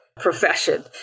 profession